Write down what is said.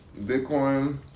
Bitcoin